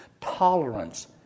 Tolerance